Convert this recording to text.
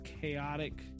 chaotic